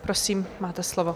Prosím, máte slovo.